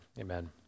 Amen